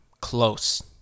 Close